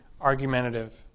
argumentative